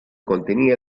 contenía